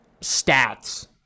stats